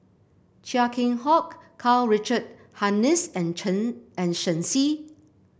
Chia Keng Hock Karl Richard Hanitsch and Chen and Shen Xi